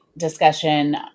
discussion